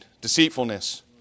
deceitfulness